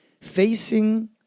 facing